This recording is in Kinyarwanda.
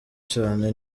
cane